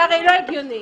זה הרי לא הגיוני.